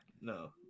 no